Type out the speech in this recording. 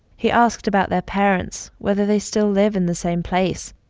he asked about their parents, whether they still live in the same place.